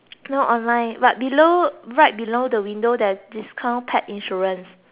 but below right below the window there's discount paired insurance